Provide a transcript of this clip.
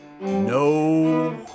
no